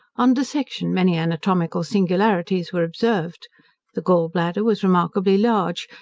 on dissection many anatomical singularities were observed the gall-bladder was remarkably large,